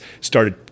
started